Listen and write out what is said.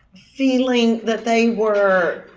feeling that they were